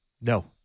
No